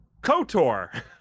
KOTOR